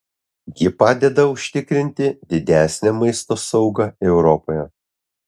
ji padeda užtikrinti didesnę maisto saugą europoje